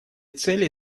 цели